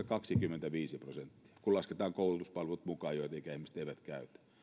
kaksikymmentäviisi prosenttia kun lasketaan mukaan koulutuspalvelut joita ikäihmiset eivät käytä